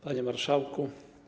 Panie Marszałku!